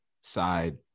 side